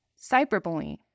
Cyberbullying